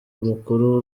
mukuru